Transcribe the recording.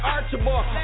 Archibald